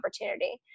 opportunity